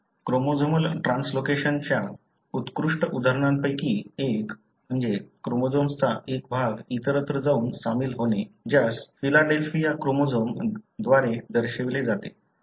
chromosomal translocation च्या उत्कृष्ट उदाहरणांपैकी एक क्रोमोझोम्सचा एक भाग इतरत्र जाऊन सामील होणे ज्यास फिलाडेल्फिया क्रोमोझोम द्वारे दर्शविले जाते